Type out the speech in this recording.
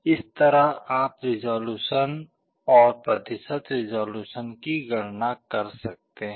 इस तरह आप रिज़ॉल्यूशन और प्रतिशत रिज़ॉल्यूशन की गणना कर सकते हैं